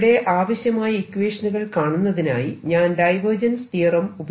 ഇവിടെ ആവശ്യമായ ഇക്വേഷനുകൾ കാണുന്നതിനായി ഞാൻ ഡൈവേർജൻസ് തിയറം Divergence theorem